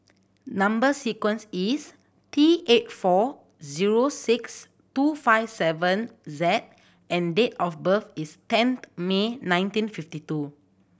number sequence is T eight four zero six two five seven Z and date of birth is tenth May nineteen fifty two